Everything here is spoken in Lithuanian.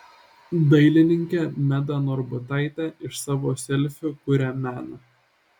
dailininkė meda norbutaitė iš savo selfių kuria meną